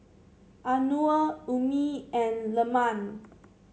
Anuar Ummi and Leman